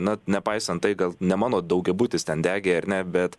na nepaisant tai gal ne mano daugiabutis ten degė ar ne bet